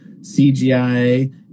CGI